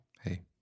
Hey